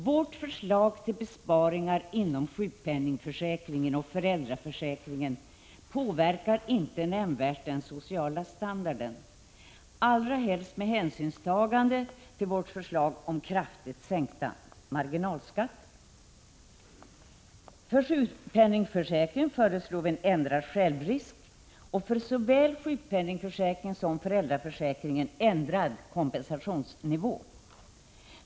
Vårt förslag till besparingar inom sjukpenningförsäkringen och föräldraförsäkringen påverkar inte nämnvärt den sociala standarden, allra helst med hänsynstagande till vårt förslag om kraftigt sänkta marginalskatter. För sjukpenningförsäkringen föreslår vi en ändrad självrisk och för såväl sjukpenningförsäkringen som föräldraförsäkringen ändrad kompensationsnivå.